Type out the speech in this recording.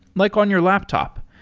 like on your laptop.